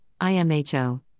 IMHO